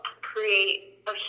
create